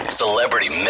celebrity